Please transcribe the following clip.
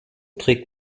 trägt